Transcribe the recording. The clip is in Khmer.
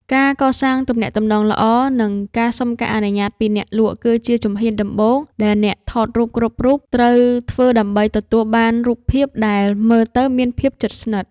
ការកសាងទំនាក់ទំនងល្អ និងការសុំការអនុញ្ញាតពីអ្នកលក់ គឺជាជំហានដំបូងដែលអ្នកថតរូបគ្រប់រូបត្រូវធ្វើដើម្បីទទួលបានរូបភាពដែលមើលទៅមានភាពជិតស្និទ្ធ។